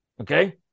Okay